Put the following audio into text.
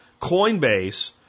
Coinbase